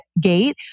gate